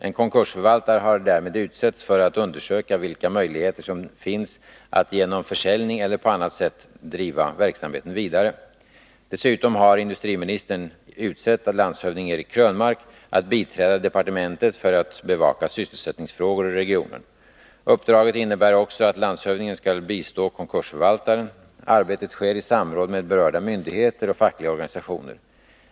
En konkursförvaltare har därmed utsetts för att undersöka vilka möjligheter som finns att genom försäljning eller på annat sätt driva verksamheten vidare. Dessutom har industriministern utsett landshövding Eric Krönmark att biträda departementet för att bevaka sysselsättningsfrågor i regionen. Uppdraget innebär också att landshövdingen skall bistå konkursförvaltaren. Arbetet sker i samråd med berörda myndigheter och fackliga organisationer.